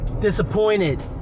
disappointed